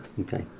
Okay